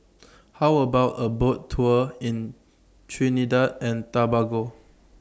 How about A Boat Tour in Trinidad and Tobago